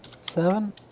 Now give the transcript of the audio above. Seven